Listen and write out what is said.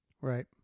right